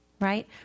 Right